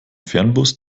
fernbus